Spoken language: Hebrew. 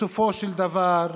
בסופו של דבר,